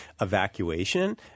evacuation